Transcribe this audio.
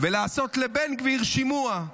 ולעשות לבן גביר שימוע.